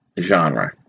genre